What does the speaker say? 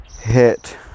hit